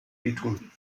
wehtun